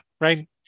right